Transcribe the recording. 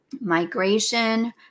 Migration